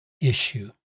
issue